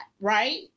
right